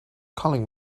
calling